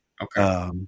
okay